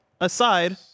aside